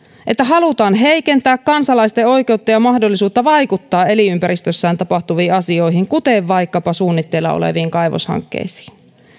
että halutaan heikentää kansalaisten oikeutta ja mahdollisuutta vaikuttaa elinympäristössään tapahtuviin asioihin kuten vaikkapa suunnitteilla oleviin kaivoshankkeisiin